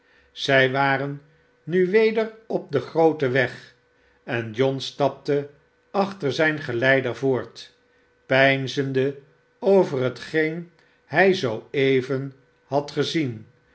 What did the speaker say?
zij waren nu weder op den grooten weg en john stapte achter zijn geleider voort peinzende over hetgeen hij zoo even had gezien